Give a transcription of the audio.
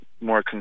more